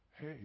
hey